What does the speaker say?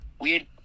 weird